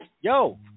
yo